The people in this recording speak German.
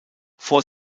vor